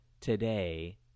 today